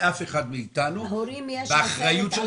לאף אחד מאיתנו --- להורים יש אחריות,